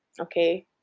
Okay